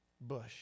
Bush